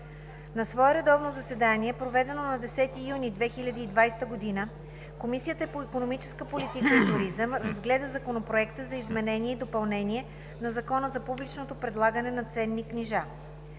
На свое редовно заседание, проведено на 10 юни 2020 г., Комисията по икономическа политика и туризъм разгледа Законопроекта за изменение и допълнение на Закона за публичното предлагане на ценни книжа.